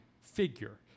figure